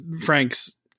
Frank's